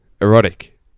Erotic